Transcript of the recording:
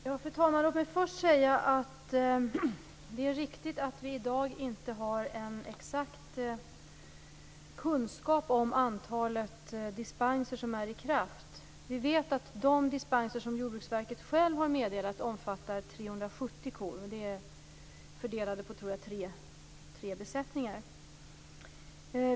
Fru talman! Låt mig först säga att det är riktigt att vi i dag inte har en exakt kunskap om antalet dispenser som är i kraft. Vi vet att de dispenser som Jordbruksverket självt har meddelat omfattar 370 kor, fördelade på tre besättningar.